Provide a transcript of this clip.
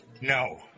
No